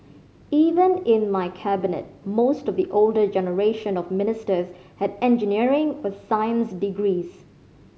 even in my Cabinet most of the older generation of ministers had engineering or science degrees